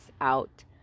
out